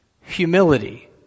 humility